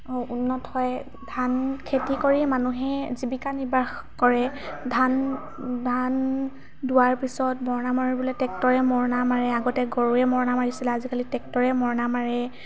উন্নত হয় ধান খেতি কৰি মানুহে জীৱিকা নিৰ্বাহ কৰে ধান ধান দোৱাৰ পিছত মৰণা মাৰিবলৈ ট্ৰেক্টৰে মৰণা মানে আগতে গৰুৱে মৰণা মাৰিছিলে আজিকালি ট্ৰেক্টৰে মৰণা মাৰে